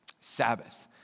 Sabbath